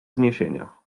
zniesienia